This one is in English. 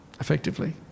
effectively